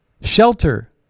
Shelter